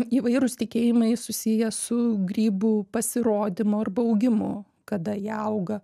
įvairūs tikėjimai susiję su grybų pasirodymu arba augimu kada jie auga